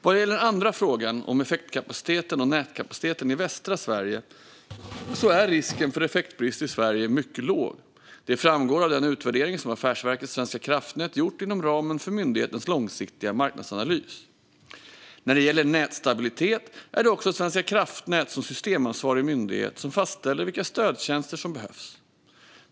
Vad gäller den andra frågan om effektkapaciteten och nätkapaciteten i västra Sverige är risken för effektbrist i Sverige mycket låg. Det framgår av den utvärdering som Affärsverket svenska kraftnät gjort inom ramen för myndighetens långsiktiga marknadsanalys. När det gäller nätstabilitet är det också Svenska kraftnät som systemansvarig myndighet som fastställer vilka stödtjänster som behövs.